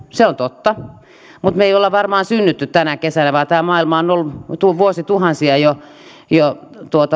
se on totta mutta me emme ole varmaan syntyneet tänä kesänä vaan tämä maailma on on ollut vuosituhansia jo jo